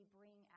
bring